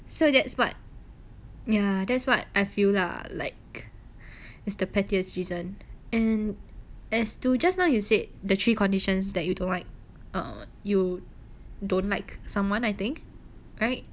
so that's what ya that's what I feel lah like is the pettiest reason and as to just now you said the three conditions that you told right err you don't like someone I think right